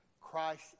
Christ